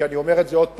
כי כמו שאמרתי,